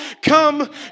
come